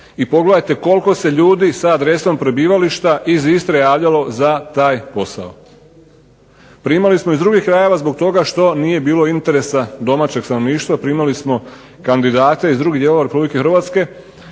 i pogledajte koliko se ljudi sa adresom prebivališta iz Istre javljalo za taj posao. Primali smo iz drugih krajeva zbog toga što nije bilo interesa domaćeg stanovništva, primali smo kandidate iz drugih dijelova RH koji su